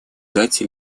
дать